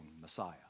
Messiah